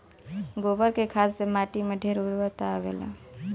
गोबर के खाद से माटी में ढेर उर्वरता आवेला